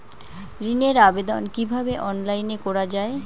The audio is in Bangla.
ঋনের আবেদন কিভাবে অনলাইনে করা যায়?